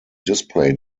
display